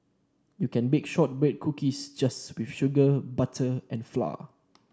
you can bake shortbread cookies just with sugar butter and flour